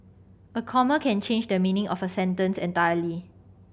a comma can change the meaning of a sentence entirely